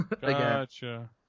gotcha